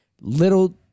Little